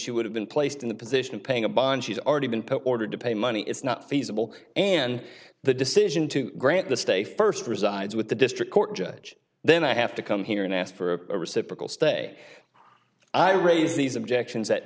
she would have been placed in the position of paying a bond she's already been put ordered to pay money it's not feasible and the decision to grant the stay first resides with the district court judge then i have to come here and ask for a reciprocal stay i raise these objections